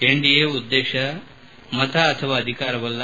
NDA ಉದ್ಲೇತ ಮತ ಅಥವಾ ಅಧಿಕಾರವಲ್ಲ